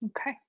Okay